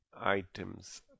items